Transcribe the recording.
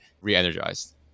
re-energized